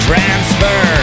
Transfer